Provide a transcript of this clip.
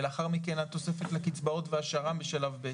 ולאחר מכן התוספת לקצבאות והשר"מ בשלב ב'.